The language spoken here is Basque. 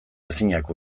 ezinak